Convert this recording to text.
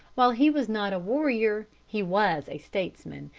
while he was not a warrior, he was a statesman,